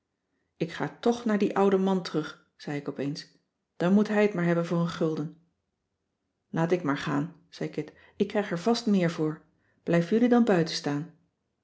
ik ga toch naar dien ouden man terug zei ik opeens dan moet hij t maar hebben voor een gulden laat ik maar gaan zei kit ik krijg er vast meer voor blijf jullie dan buiten staan